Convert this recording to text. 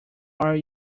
are